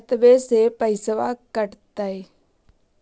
खतबे से पैसबा कटतय?